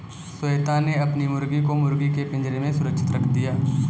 श्वेता ने अपनी मुर्गी को मुर्गी के पिंजरे में सुरक्षित रख दिया